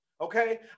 Okay